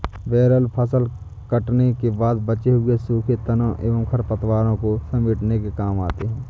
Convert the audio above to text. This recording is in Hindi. बेलर फसल कटने के बाद बचे हुए सूखे तनों एवं खरपतवारों को समेटने के काम आते हैं